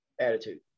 Attitude